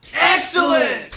Excellent